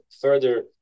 further